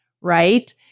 right